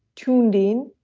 tuned in,